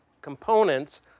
components